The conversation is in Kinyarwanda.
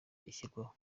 ishyirwaho